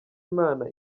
imana